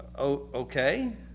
okay